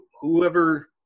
whoever